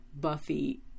Buffy